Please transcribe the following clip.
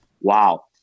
wow